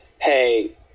hey